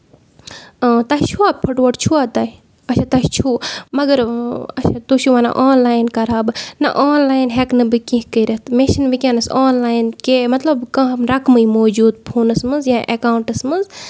آ تۄہہِ چھُوا پھُٹووٹ چھُوا تۄہہِ اچھا تۄہہِ چھُو مَگر اچھا تُہۍ چھِو وَنان آن لاین کرٕ ہا بہٕ نہ آن لاین ہیٚکہٕ نہٕ بہٕ کیٚنہہ کٔرِتھ مےٚ چھُ نہٕ وٕنکینس آن لاین کیٚنٛہہ مطلب کانہہ رَقمٕے موجوٗد فونس منٛز یا ایکَونٹس منٛز